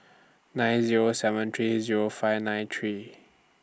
nine Zero seven three Zero five nine three